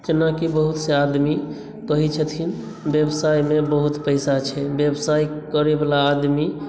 जेनाकि बहुतसे आदमी कहैत छथिन व्यवसायमे बहुत पैसा छै व्यवसाय करयवला आदमी